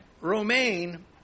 Romaine